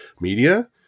Media